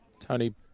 Tony